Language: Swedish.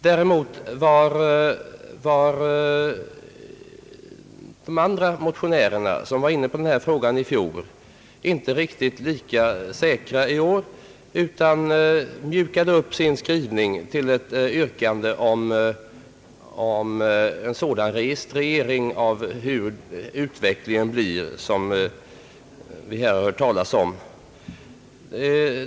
Däremot var de andra ledamöter som motionerade i denna fråga i fjol inte riktigt lika säkra i år, utan mjukade upp sin skrivning till ett yrkande om en sådan registrering av utvecklingen, som vi här har hört talas om.